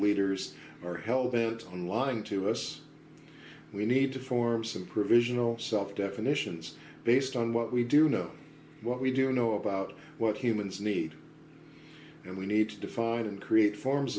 leaders are hell bent on lying to us we need to form some provisional self definitions based on what we do know what we do know about what humans need and we need to define and create forms